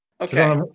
Okay